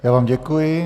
Já vám děkuji.